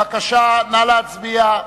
בבקשה, נא להצביע.